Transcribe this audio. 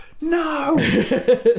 no